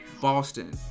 Boston